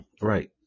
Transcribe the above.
right